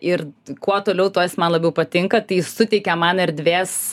ir kuo toliau tuo jis man labiau patinka tai suteikia man erdvės